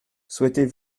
souhaitez